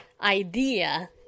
idea